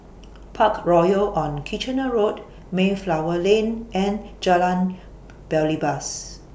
Parkroyal on Kitchener Road Mayflower Lane and Jalan Belibas